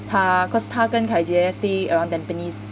他 cause 他跟 kai jie stay around tampines